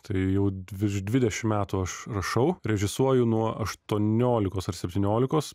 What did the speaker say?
tai jau virš dvidešim metų aš rašau režisuoju nuo aštuoniolikos ar septyniolikos